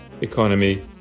economy